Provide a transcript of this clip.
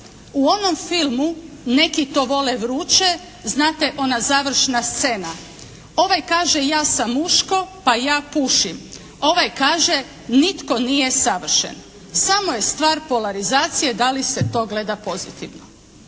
U onom filmu "Neki to vole vruće", znate ona završna scena. Ovaj kaže ja sam muško pa ja pušim, ovaj kaže nitko nije savršen, samo je stvar polarizacije da li se to gleda pozitivno."